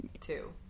two